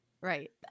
Right